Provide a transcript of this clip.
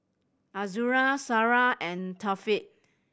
Azura Sarah and Taufik